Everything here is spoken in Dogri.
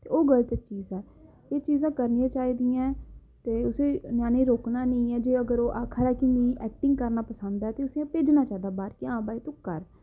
ते ओह् गल्त चीज ऐ एह् चीजां करनियां चाहिदियां ऐं ते जे असें रोकना निं ऐ जे ओह् आक्खा दा मिगी ऐक्टिंग करना पसंद ऐ ते उसी भेजना चाहिदा बाह्र कि हां भाई तूं कर